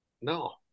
no